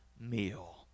meal